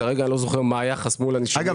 כרגע אני לא זוכר מה היחס מול --- אגב,